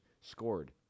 scored